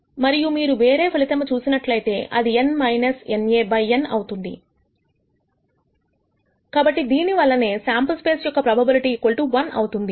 మరియు మీరు వేరే ఫలితం చూసినట్లు అయితే అది బై N అవుతుంది కాబట్టి దీనివల్లనే శాంపుల్ స్పేస్ యొక్క ప్రోబబిలిటీ 1 అవుతుంది